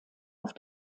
auf